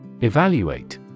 Evaluate